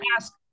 ask